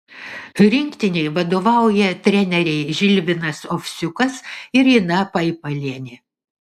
rinktinei vadovauja treneriai žilvinas ovsiukas ir ina paipalienė